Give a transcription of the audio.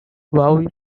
white